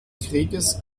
krieges